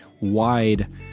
wide